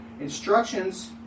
Instructions